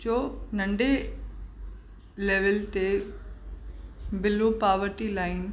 जो नंढे लेविल ते बिलो पावटी लाइन